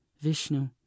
Vishnu